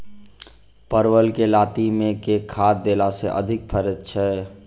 परवल केँ लाती मे केँ खाद्य देला सँ अधिक फरैत छै?